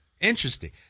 Interesting